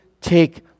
take